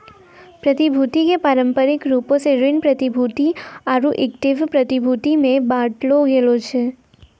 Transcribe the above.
प्रतिभूति के पारंपरिक रूपो से ऋण प्रतिभूति आरु इक्विटी प्रतिभूति मे बांटलो गेलो छै